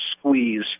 squeeze